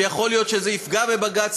שיכול להיות שזה יפגע בבג"ץ,